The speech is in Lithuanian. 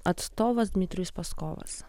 atstovas dmitrijus peskovas